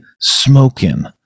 smoking